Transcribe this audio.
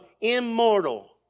immortal